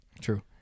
True